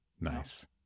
Nice